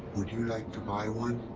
would you like to buy one?